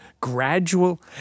Gradual